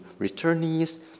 returnees